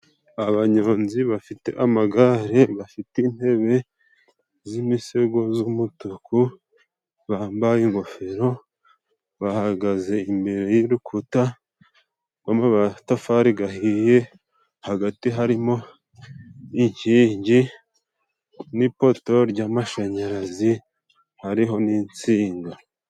Abanyonzi bafite amagare bafite intebe z'imisego z'umutuku. Bambaye ingofero, bahagaze imbere y'urukuta rw'amatafari gahiye, hagati harimo ikingi n'ipoto ry'amashanyarazi hariho n'insinga.